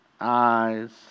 eyes